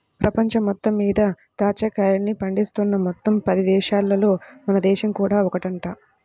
పెపంచం మొత్తం మీద దాచ్చా కాయల్ని పండిస్తున్న మొత్తం పది దేశాలల్లో మన దేశం కూడా ఒకటంట